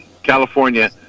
California